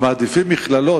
הם מעדיפים מכללות,